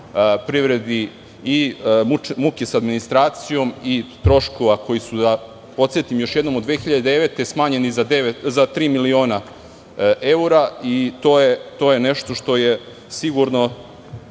privredi i muke sa administracijom i troškova koji su, podsetiću još jednom, od 2009. godine smanjeni za tri miliona evra i to je nešto što je sigurno